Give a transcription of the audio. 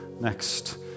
next